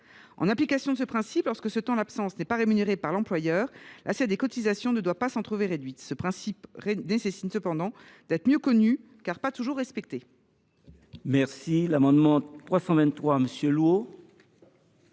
En application de ce principe, lorsque ce temps d’absence n’est pas rémunéré par l’employeur, l’assiette des cotisations ne doit pas s’en trouver réduite. Ce principe nécessite cependant d’être mieux connu, car il n’est pas toujours respecté. Tel est l’objet